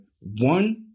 one